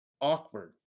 awkward